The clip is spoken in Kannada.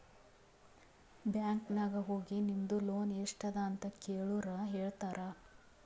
ಬ್ಯಾಂಕ್ ನಾಗ್ ಹೋಗಿ ನಿಮ್ದು ಲೋನ್ ಎಸ್ಟ್ ಅದ ಅಂತ ಕೆಳುರ್ ಹೇಳ್ತಾರಾ